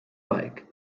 bike